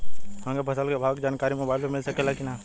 हमके फसल के भाव के जानकारी मोबाइल पर मिल सकेला की ना?